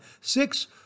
six